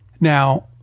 Now